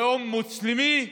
לאום מוסלמי,